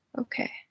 Okay